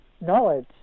knowledge